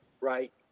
right